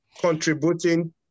contributing